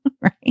right